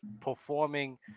performing